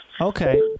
Okay